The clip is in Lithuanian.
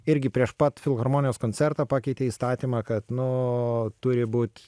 irgi prieš pat filharmonijos koncertą pakeitė įstatymą kad nu turi būt